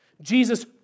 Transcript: Jesus